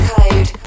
Code